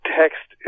text